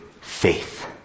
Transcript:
faith